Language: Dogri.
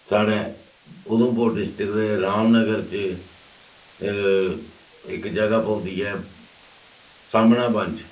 साढ़ै उधमपुर डिस्ट्रिक दे रामनगर च इक जगह् पौंदी ऐ सामना वन च